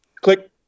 click